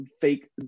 fake